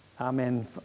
Amen